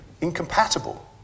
incompatible